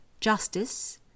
justice